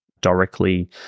directly